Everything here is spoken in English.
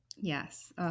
Yes